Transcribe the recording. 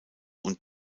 und